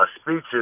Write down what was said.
speeches